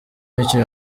n’icyo